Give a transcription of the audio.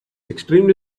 extremely